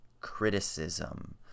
Criticism